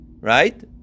right